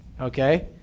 okay